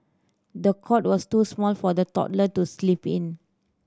the cot was too small for the toddler to sleep in